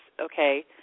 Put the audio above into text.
okay